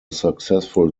successful